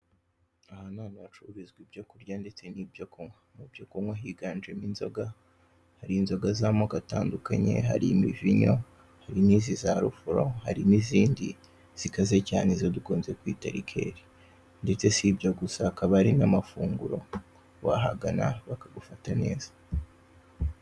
Aha ni ahantu hacururizwa ibyo kurya ndetse n'ibyo kunywa, mu byo kunywa higanjemo inzoga, hari inzoga z'amoko atandukanye, hari imivinyo, hari n'izi za rufuro, harimo izindi zikaze cyane izo dukunze kwita rikeri ndetse si ibyo gusa hakaba hari n'amafunguro, wahagana bakagufata neza.